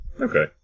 Okay